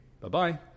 Bye-bye